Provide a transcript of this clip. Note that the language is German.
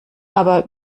aber